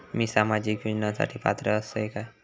मी सामाजिक योजनांसाठी पात्र असय काय?